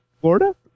Florida